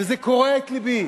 וזה קורע את לבי,